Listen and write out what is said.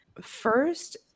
first